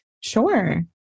Sure